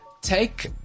take